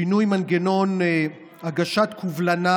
שינוי מנגנון הגשת קובלנה